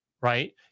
right